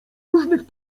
różnych